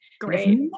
Great